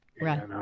right